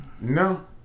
No